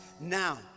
Now